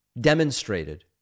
demonstrated